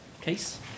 Case